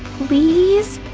please?